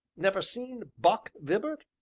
never seen buck vibart?